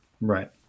Right